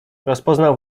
rozpoznał